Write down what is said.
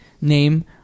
name